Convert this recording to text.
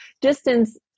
distance